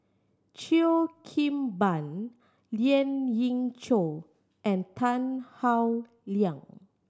Cheo Kim Ban Lien Ying Chow and Tan Howe Liang